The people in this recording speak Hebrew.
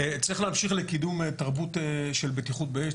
צריך להמשיך לקידום תרבות של בטיחות באש,